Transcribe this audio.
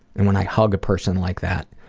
and when i hug a person like that,